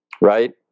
right